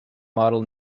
model